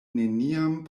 neniam